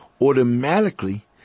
automatically